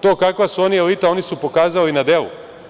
To kakva su oni elite, oni su pokazali na delu,